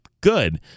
good